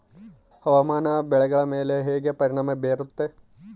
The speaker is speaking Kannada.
ಹವಾಮಾನ ಬೆಳೆಗಳ ಮೇಲೆ ಹೇಗೆ ಪರಿಣಾಮ ಬೇರುತ್ತೆ?